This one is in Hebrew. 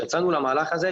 כשיצאנו למהלך הזה,